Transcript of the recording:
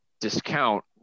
discount